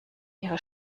ihre